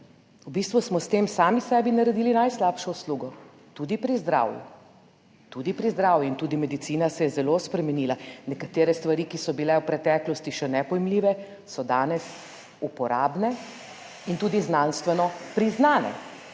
v bistvu smo s tem sami sebi naredili najslabšo uslugo, tudi pri zdravju. Tudi pri zdravju in tudi medicina se je zelo spremenila. Nekatere stvari, ki so bile v preteklosti še nepojmljive, so danes uporabne in tudi znanstveno priznane